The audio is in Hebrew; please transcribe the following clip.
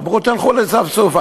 אמרו: תלכו לספסופה.